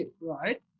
right